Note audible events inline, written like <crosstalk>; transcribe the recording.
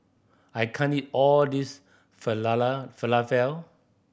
I can't eat all this <unintelligible> Falafel